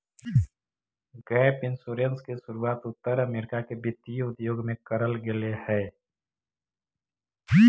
gap insurance के शुरुआत उत्तर अमेरिका के वित्तीय उद्योग में करल गेले हलाई